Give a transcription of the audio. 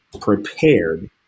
prepared